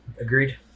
agreed